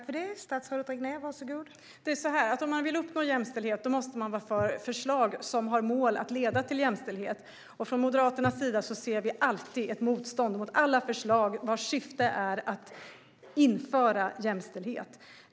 Fru talman! Om man vill uppnå jämställdhet måste man vara för förslag som har som mål att leda till jämställdhet. Från Moderaternas sida ser vi alltid ett motstånd mot alla förslag vars syfte är att införa jämställdhet.